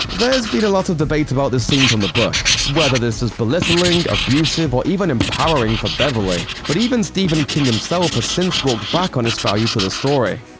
there's been a lot of debate about this scene from the book whether this is belittling, abusive, or even empowering for beverly. but even stephen king himself has since walked back on its value to the story.